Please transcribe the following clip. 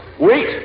Wait